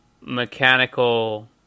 mechanical